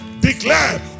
declare